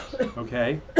okay